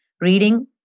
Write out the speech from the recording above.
reading